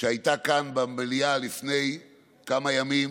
שהייתה כאן במליאה לפני כמה ימים